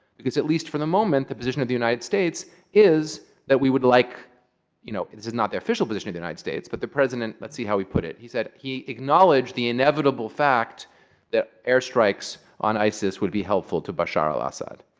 because at least for the moment, the position of the united states is that we would like you know it's not the official position of the united states. but the president let's see how he put it. he said he acknowledged the inevitable fact that air strikes on isis would be helpful to bashar al-assad,